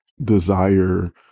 desire